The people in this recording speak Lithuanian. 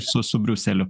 su su briuseliu